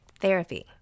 Therapy